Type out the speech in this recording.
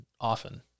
often